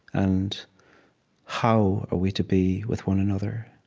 and how are we to be with one another?